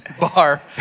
bar